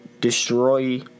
destroy